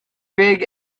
big